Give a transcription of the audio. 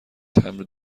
تمبر